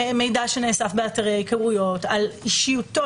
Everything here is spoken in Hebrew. מידע שנאסף באתרי היכרויות על אישיותו